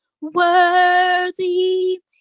worthy